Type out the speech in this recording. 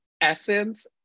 essence